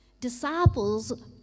Disciples